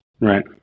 right